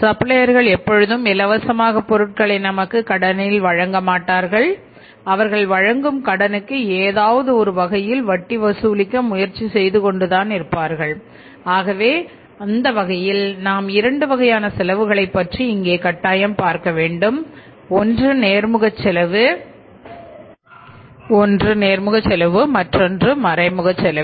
சப்ளையர்கள் எப்பொழுதும் இலவசமாக பொருட்களை நமக்கு கடனில் வழங்கமாட்டார்கள் அவர்கள் வழங்கும் கடனுக்கு ஏதாவது ஒரு வகையில் வட்டி வசூலிக்க முயற்சி செய்து கொண்டு தான் இருப்பார்கள் ஆகவே அந்த வகையில் நாம் இரண்டு வகையான செலவுகளைப் பற்றி இங்கே கட்டாயம் பார்க்கவேண்டும் 1 நேர்முகச் செலவு மற்றொன்று மறைமுகச் செலவு